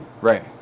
Right